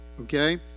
okay